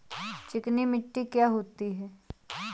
चिकनी मिट्टी क्या होती है?